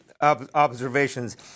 observations